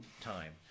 time